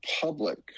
public